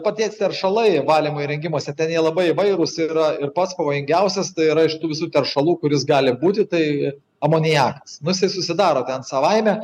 paties teršalai valymo įrengimuose ten jie labai įvairūs yra ir pats pavojingiausias tai yra iš tų visų teršalų kuris gali būti tai amoniakas nu jisai susidaro savaime